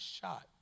shot